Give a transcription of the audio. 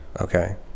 Okay